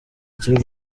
akiri